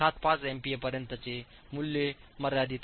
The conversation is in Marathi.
75 एमपीए पर्यंतचे मूल्ये मर्यादित आहेत